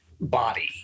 body